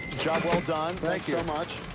job well done. thanks so much.